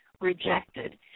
rejected